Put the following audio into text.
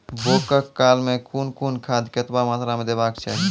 बौगक काल मे कून कून खाद केतबा मात्राम देबाक चाही?